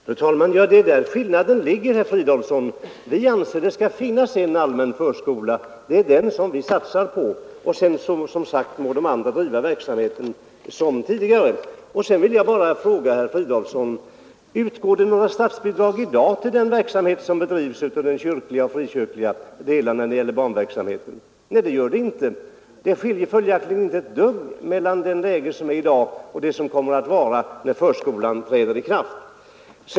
Fru talman! Ja, det är där skillnaden ligger, herr Fridolfsson. Vi anser att det skall finnas en allmän förskola — det är den som vi satsar på. Sedan må de andra driva sin verksamhet som tidigare. Utgår det några statsbidrag i dag till den kyrkliga eller frikyrkliga förskoleverksamheten? Nej, det gör det inte. På den punkten är det följaktligen ingen skillnad mellan läget i dag och läget den dag då lagen om allmän förskola träder i kraft.